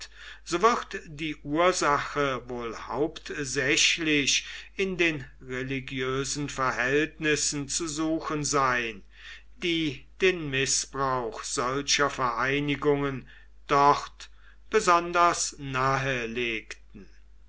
so wird die ursache wohl hauptsächlich in den religiösen verhältnissen zu suchen sein die den mißbrauch solcher vereinigungen dort besonders nahelegten